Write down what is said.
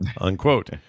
Unquote